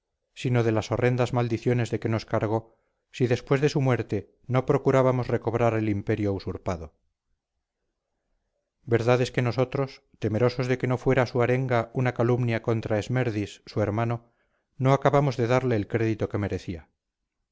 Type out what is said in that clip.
sino de las horrendas maldiciones de que nos cargó si después de su muerte no procurábamos recobrar el imperio usurpado verdad es que nosotros temerosos de que no fuera su arenga una calumnia contra esmerdis su hermano no acabamos de darle el crédito que merecía